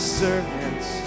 servants